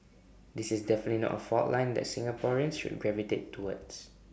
this is definitely not A fault line that Singaporeans should gravitate towards